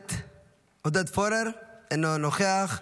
הכנסת עודד פורר, אינו נוכח,